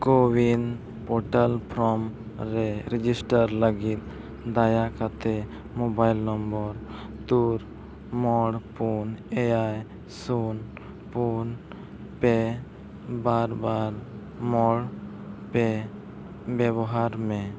ᱠᱳ ᱩᱭᱤᱱ portal form ᱨᱮ register ᱞᱟᱹᱜᱤᱫ ᱫᱟᱭᱟ ᱠᱟᱛᱮᱫ ᱢᱳᱵᱟᱭᱤᱞ ᱱᱚᱢᱵᱚᱨ ᱛᱩᱨ ᱯᱚᱱ ᱢᱚᱬ ᱮᱭᱟᱭ ᱥᱩᱱ ᱯᱩᱱ ᱯᱮ ᱵᱟᱨ ᱵᱟᱨ ᱢᱚᱬ ᱯᱮ ᱵᱮᱵᱚᱦᱟᱨ ᱢᱮ